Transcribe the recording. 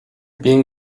bien